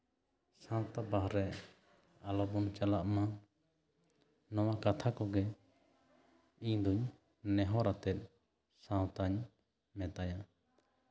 ᱥᱟᱶᱛᱟ ᱵᱟᱦᱨᱮ ᱟᱞᱚᱵᱚᱱ ᱪᱟᱞᱟᱜ ᱢᱟ ᱱᱚᱣᱟ ᱠᱟᱛᱷᱟ ᱠᱚᱜᱮ ᱤᱧᱫᱚ ᱱᱮᱦᱚᱨ ᱟᱛᱮᱜ ᱥᱟᱶᱛᱟᱧ ᱢᱮᱛᱟᱭᱟ